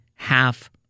Half